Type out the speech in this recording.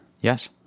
Yes